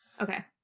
okay